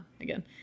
again